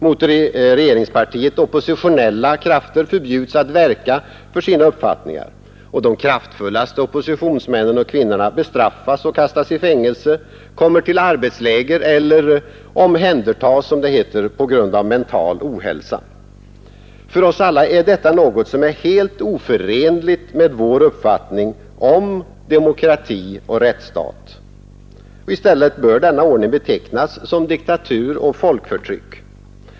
Mot regeringspartiet opposi tionella krafter förbjuds att verka för sina uppfattningar. De kraftfullaste oppositionsmännen och oppositionskvinnorna bestraffas och kastas i fängelse, kommer till arbetsläger eller omhändertas, som det heter, på grund av mental ohälsa. För oss alla framstår detta som helt oförenligt med vår uppfattning om demokrati och rättsstat. I stället bör denna ordning betecknas som diktatur och folkförtryck.